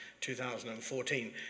2014